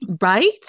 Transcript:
Right